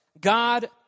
God